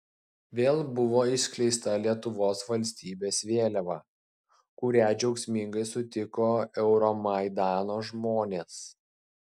vėl buvo išskleista lietuvos valstybės vėliava kurią džiaugsmingai sutiko euromaidano žmonės